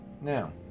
Now